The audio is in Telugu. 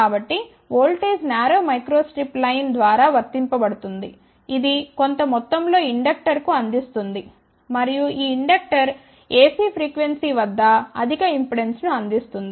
కాబట్టి ఓల్టేజ్ నారో మైక్రోస్ట్రిప్ లైన్ ద్వారా వర్తించబడుతుంది ఇది కొంత మొత్తం లో ఇండక్టర్కు అందిస్తుంది మరియు ఈ ఇండక్టర్ AC ఫ్రీక్వెన్సీ వద్ద అధిక ఇంపెడెన్స్ను అందిస్తుంది